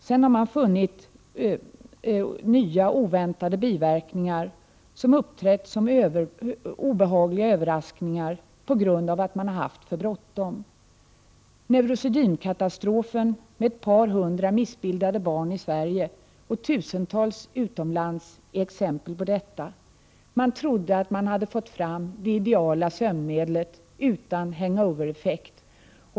Sedan har man funnit nya oväntade biverkningar som uppträtt som obehagliga överraskningar på grund av att man har haft för bråttom. Neurosedynkatastrofen med ett par hundra missbildade barn i Sverige och tusentals utomlands är exempel på detta. Man trodde att man hade fått fram det ideala sömnmedlet utan hangover-effekt.